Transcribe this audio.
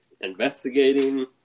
investigating